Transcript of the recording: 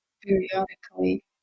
periodically